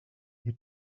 you